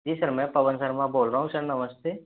जी sir मैं पवन शर्मा बोल रहा हूँ सर नमस्ते